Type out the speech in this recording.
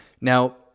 now